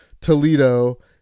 Toledo